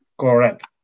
Correct